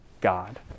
God